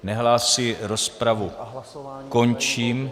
Nehlásí, rozpravu končím.